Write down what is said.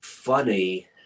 funny